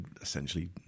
essentially